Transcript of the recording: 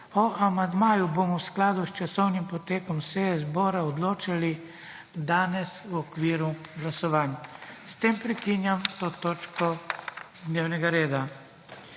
O amandmaju bomo v skladu s časovnim potekom seje zbora odločali danes v okviru glasovanj. S tem prekinjam to točko dnevnega reda.